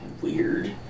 weird